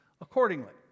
accordingly